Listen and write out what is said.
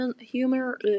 humor